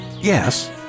Yes